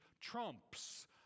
trumps